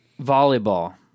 volleyball